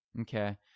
okay